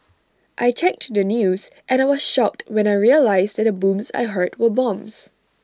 I checked the news and I was shocked when I realised that the booms I heard were bombs